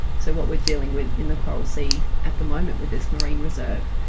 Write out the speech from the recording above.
so what we're dealing with in the coral sea at the moment with this marine reserve,